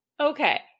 Okay